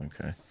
Okay